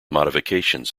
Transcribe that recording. modifications